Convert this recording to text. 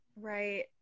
Right